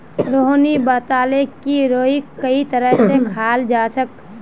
रोहिणी बताले कि राईक कई तरह स खाल जाछेक